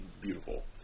beautiful